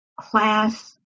class